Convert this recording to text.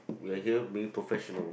we are here being professional